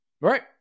right